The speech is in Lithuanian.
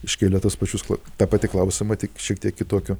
iškėlė tuos pačius tą patį klausimą tik šiek tiek kitokiu